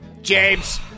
james